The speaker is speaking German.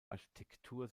architektur